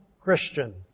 Christian